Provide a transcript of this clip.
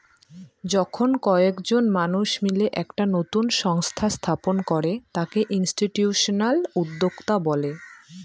যখন কয়েকজন মানুষ মিলে একটা নতুন সংস্থা স্থাপন করে তাকে ইনস্টিটিউশনাল উদ্যোক্তা বলে